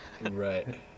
Right